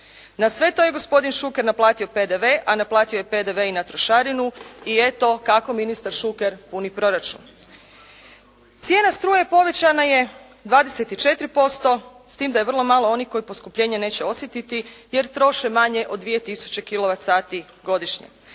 Na sve to je gospodin Šuker naplatio PDV, a naplatio je i PDV na trošarinu. I eto kako ministar Šuker puni proračun. Cijena struje povećana je 24%, s tim da je vrlo malo onih koji poskupljenje neće osjetiti, jer troše manje od 2 tisuće